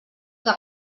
que